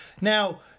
Now